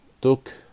took